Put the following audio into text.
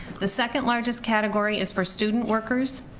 the second largest category is for student workers,